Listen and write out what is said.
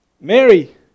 Mary